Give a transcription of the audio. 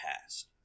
past